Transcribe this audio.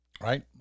right